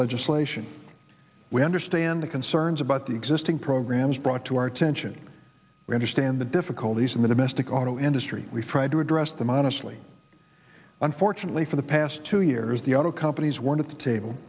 legislation we understand the concerns about the existing programs brought to our attention we understand the difficulties in the domestic auto industry we tried to address them honestly unfortunately for the past two years the auto companies were at the table